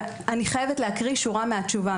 אני חייבת להקריא שורה מהתשובה,